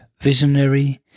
visionary